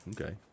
Okay